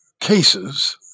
cases